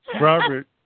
Robert